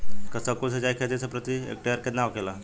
कुशल सिंचाई खेती से उपज प्रति हेक्टेयर केतना होखेला?